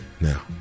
Now